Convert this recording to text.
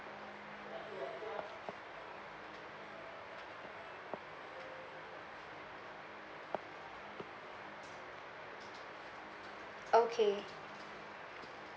okay